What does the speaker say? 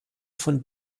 von